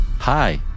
Hi